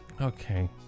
Okay